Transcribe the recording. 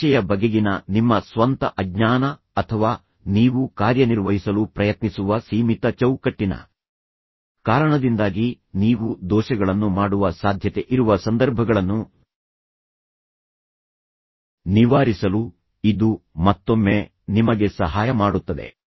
ಭಾಷೆಯ ಬಗೆಗಿನ ನಿಮ್ಮ ಸ್ವಂತ ಅಜ್ಞಾನ ಅಥವಾ ನೀವು ಕಾರ್ಯನಿರ್ವಹಿಸಲು ಪ್ರಯತ್ನಿಸುವ ಸೀಮಿತ ಚೌಕಟ್ಟಿನ ಕಾರಣದಿಂದಾಗಿ ನೀವು ದೋಷಗಳನ್ನು ಮಾಡುವ ಸಾಧ್ಯತೆ ಇರುವ ಸಂದರ್ಭಗಳನ್ನು ನಿವಾರಿಸಲು ಇದು ಮತ್ತೊಮ್ಮೆ ನಿಮಗೆ ಸಹಾಯ ಮಾಡುತ್ತದೆ